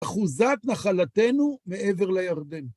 אחוזת נחלתנו מעבר לירדן.